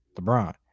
LeBron